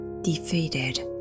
defeated